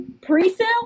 pre-sale